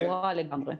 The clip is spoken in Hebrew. ברורה לגמרי.